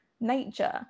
nature